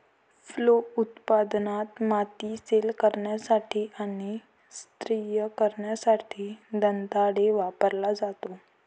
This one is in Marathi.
फलोत्पादनात, माती सैल करण्यासाठी आणि स्तरीय करण्यासाठी दंताळे वापरला जातो